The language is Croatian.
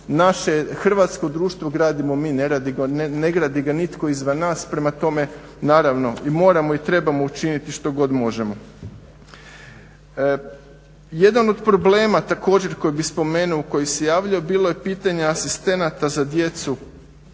naše hrvatsko društvo gradimo, ne gradi ga nitko izvan nas, prema tome naravno i moramo i trebamo učiniti što god možemo. Jedan od problema također koji bih spomenuo, koji se javljao, bilo je pitanje asistenata za djecu